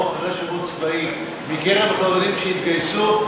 אחרי שירות צבאי מקרב החרדים שהתגייסו,